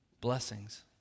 blessings